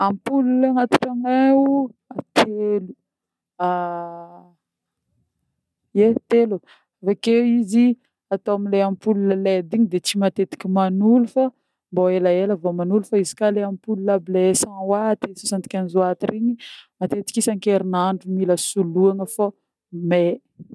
Ampoule agnaty tragnoneh ao telo, yeh telo avy ake izy atô amin'le ampoule led igny de tsy matetiky manolo fô mbô elaela vô manolo, fô izy ka le ampoule cent watt, soixante-quinze watt regny matetiky isa-kerinandro mila soloana fô mey.